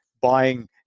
buying